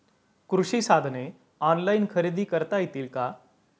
कृषी साधने ऑनलाइन खरेदी करता येतील का?